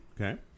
Okay